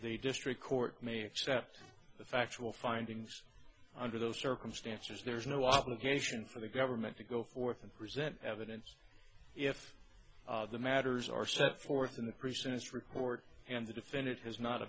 the district court may accept the factual findings under those circumstances there's no obligation for the government to go forth and present evidence if the matters are set forth in the pre sentence report and the defendant has not